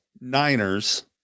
Niners